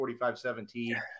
45-17